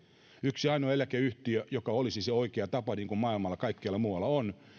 yksi ainoa eläkeyhtiö olisi se oikea tapa niin kuin maailmalla kaikkialla muualla on